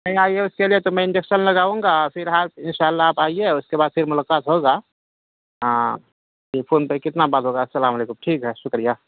آئیے اس کے لیے تو میں انجکشن لگاؤں گا پھر ان شاء اللہ آپ آئیے اس کے بعد پھر ملاقات ہوگا ہاں فون پہ کتنا بات ہوگا السّلام علیکم ٹھیک ہے شکریہ